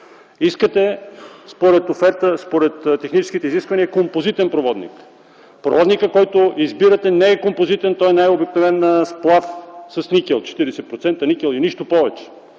училище. Според техническите изисквания искате композитен проводник. Проводникът, който избирате, не е композитен, а е най-обикновена сплав с никел – 40% никел и нищо повече.